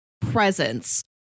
presence